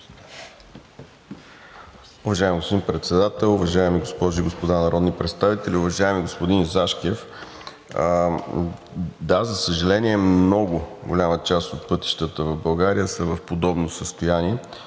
Уважаеми господин Председател, уважаеми госпожи и господа народни представители! Уважаеми господин Зашкев, да, за съжаление много голяма част от пътищата в България са в подобно състояние,